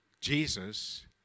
jesus